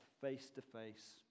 face-to-face